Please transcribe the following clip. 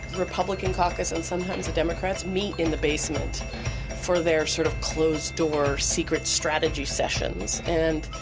republican caucus and sometimes the democrats, meet in the basement for their sort of closed-door, secret strategy sessions. and